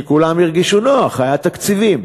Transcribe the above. כי כולם הרגישו נוח, היו תקציבים,